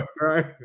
right